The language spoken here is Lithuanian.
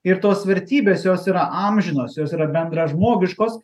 ir tos vertybės jos yra amžinos jos yra bendražmogiškos